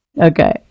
Okay